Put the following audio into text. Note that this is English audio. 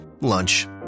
lunch